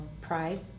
pride